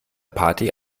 party